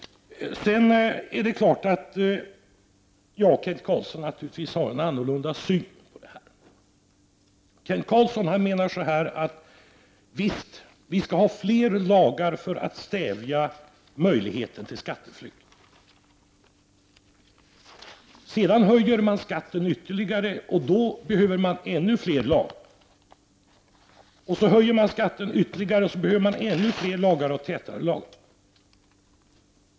Sedan är det naturligtvis så att Kent Carlsson och jag inte har samma syn på detta. Kent Carlsson menar att vi skall ha fler lagar för att stävja möjligheten till skatteflykt. Sedan höjer man skatten ytterligare, och då behöver man ännu fler lagar. Så höjer man återigen skatten ytterligare, och då behöver man ännu fler och tätare lagar.